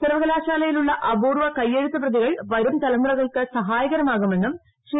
സർവ്വകലാശാലയിലുള്ള അപൂർവ്വ കയ്യെഴുത്ത് പ്രതികൾ വരുംതലമുറകൾക്ക് സഹായകരമാകുമെന്നും ശ്രീ